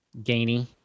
gainy